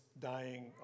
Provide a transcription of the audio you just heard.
dying